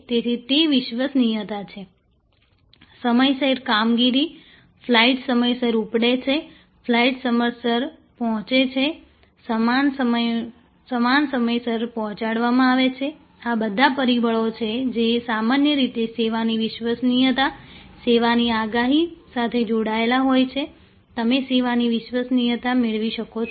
તેથી તે વિશ્વસનીયતા છે સમયસર કામગીરી ફ્લાઈટ્સ સમયસર ઉપડે છે ફ્લાઈટ્સ સમયસર પહોંચે છે સામાન સમયસર પહોંચાડવામાં આવે છે આ બધા પરિબળો છે જે સામાન્ય રીતે સેવાની વિશ્વસનીયતા સેવાની આગાહી સાથે જોડાયેલા હોય છે તમે સેવાની વિશ્વસનીયતા મેળવી શકો છો